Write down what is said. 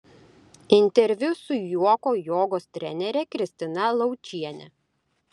interviu su juoko jogos trenere kristina laučiene